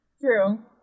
True